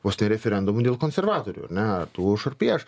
vos ne referendumu dėl konservatorių ar ne ar tu už ar prieš